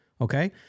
Okay